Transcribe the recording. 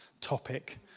topic